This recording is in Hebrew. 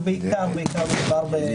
בעיקר, בעיקר מדובר בחיילי סדיר.